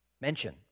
mention